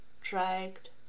dragged